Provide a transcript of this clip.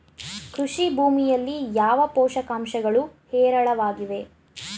ಕೃಷಿ ಭೂಮಿಯಲ್ಲಿ ಯಾವ ಪೋಷಕಾಂಶಗಳು ಹೇರಳವಾಗಿವೆ?